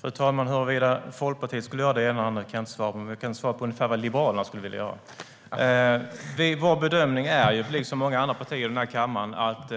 Fru talman! Huruvida Folkpartiet skulle göra det ena eller det andra kan jag inte svara på. Men jag kan svara på ungefär vad Liberalerna skulle vilja göra. Vår bedömning, liksom många andra partiers i den här kammaren, är att